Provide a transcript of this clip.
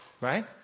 Right